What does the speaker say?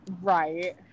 Right